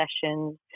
sessions